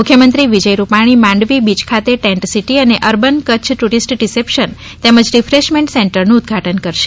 મુખ્યમંત્રી વિજય રૂપાણી માંડવી બીય ખાતે tent city અને અર્બન કચ્છ ટુરીસ્ટ રીસેપ્શન તેમજ રીફ્રેશમેન્ટ સેન્ટરન્ ઉદઘાટન કરશે